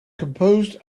composed